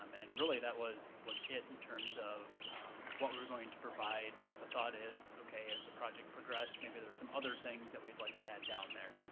um and really that was was it in terms of what we were going to provide, with the thought is, okay, has the project progressed, maybe there're some other things that we'd like to add down there.